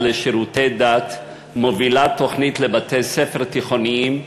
לשירותי דת מובילה תוכנית לבתי-ספר תיכוניים,